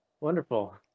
Wonderful